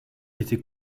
était